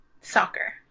Soccer